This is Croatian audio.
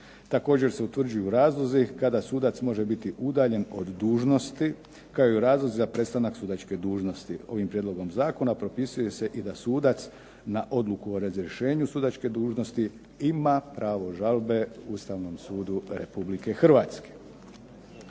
Također se utvrđuju razlozi kada sudac može biti udaljen od dužnosti, kao i razlozi za prestanak sudačke dužnosti. Ovim prijedlogom zakona propisuje se i da sudac na odluku o razrješenju sudačke dužnosti, ima pravo žalbe Ustavnom sudu Republike Hrvatske.